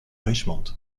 richmond